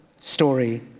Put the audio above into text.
story